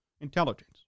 intelligence